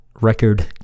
record